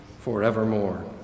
forevermore